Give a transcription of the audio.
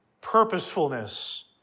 purposefulness